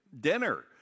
dinner